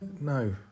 No